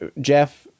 Jeff